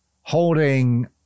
holding